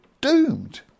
doomed